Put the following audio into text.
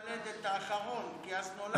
מזל שהסכימו ללדת את האחרון, כי אז נולדתי.